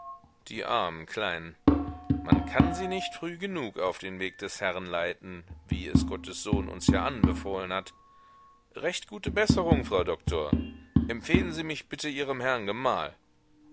die armen kleinen man kann sie nicht früh genug auf den weg des herrn leiten wie es gottes sohn uns ja anbefohlen hat recht gute besserung frau doktor empfehlen sie mich bitte ihrem herrn gemahl